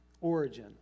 Origin